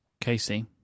Casey